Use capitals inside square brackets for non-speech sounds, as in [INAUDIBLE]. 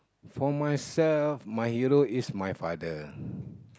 for myself my hero is my father [BREATH]